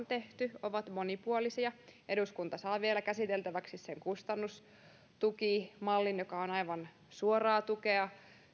tehty ovat monipuolisia eduskunta saa vielä käsiteltäväksi kustannustukimallin joka on aivan suoraa tukea